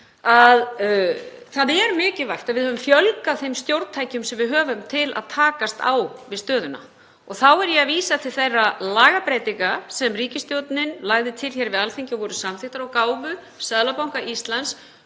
— er mikilvægi þess að við höfum fjölgað þeim stjórntækjum sem við höfum til að takast á við stöðuna. Þá er ég að vísa til þeirra lagabreytinga sem ríkisstjórnin lagði til hér við Alþingi og voru samþykktar, en þær gáfu Seðlabanka Íslands